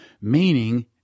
Meaning